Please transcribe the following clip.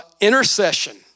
Intercession